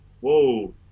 whoa